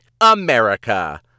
America